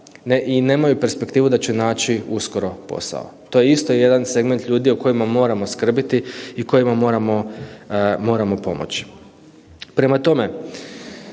i nemaju perspektivu da će naći uskoro posao. To je isto jedan segment ljudi o kojima moramo skrbiti i kojima moramo pomoći. Prema tome,